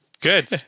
Good